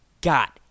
got